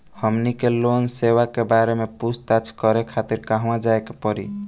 हमनी के लोन सेबा के बारे में पूछताछ करे खातिर कहवा जाए के पड़ी?